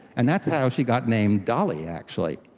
and that's how she got named dolly actually.